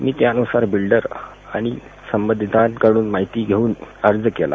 मी त्यानुसार बिल्डर आणि संबंधितांकडुन माहिती घेऊन अर्ज केला